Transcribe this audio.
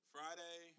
Friday